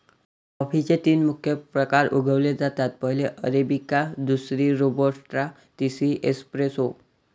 कॉफीचे तीन मुख्य प्रकार उगवले जातात, पहिली अरेबिका, दुसरी रोबस्टा, तिसरी एस्प्रेसो